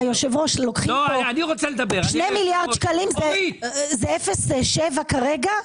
זה 0.4% כרגע,